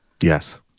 Yes